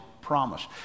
promise